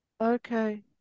Okay